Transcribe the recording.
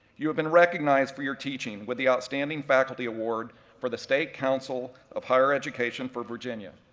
you have been recognized for your teaching with the outstanding faculty award for the state council of higher education for virginia,